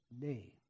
name